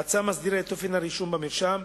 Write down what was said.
ההצעה מסדירה את אופן הרישום במרשם,